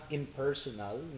impersonal